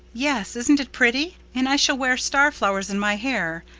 yes. isn't it pretty? and i shall wear starflowers in my hair.